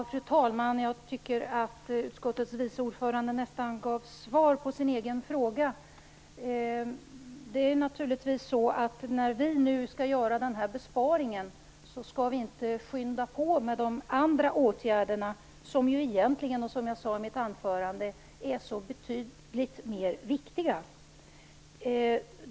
Fru talman! Jag tycker att utskottets vice ordförande nästan gav svar på sin egen fråga. Det är naturligtvis så att när vi nu skall göra denna besparing skall vi inte skynda på med de andra åtgärderna som egentligen, vilket jag sade i mitt anförande, är så mycket viktigare.